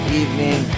evening